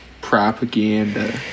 propaganda